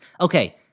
Okay